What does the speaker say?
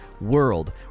world